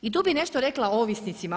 I tu bih nešto rekla o ovisnicima.